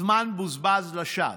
הזמן בוזבז לשווא.